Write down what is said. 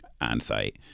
on-site